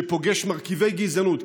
שפוגש מרכיבי גזענות,